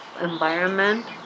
environment